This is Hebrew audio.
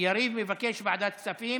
יריב מבקש ועדת כספים.